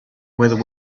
whether